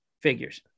figures